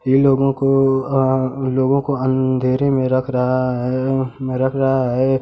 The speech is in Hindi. ये लोगों को लोगों को अन्धेरे में रख रहा है रख रहा है